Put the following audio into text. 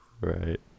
Right